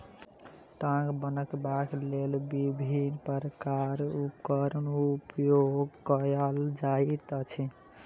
ताग बनयबाक लेल विभिन्न प्रकारक उपकरणक उपयोग कयल जाइत अछि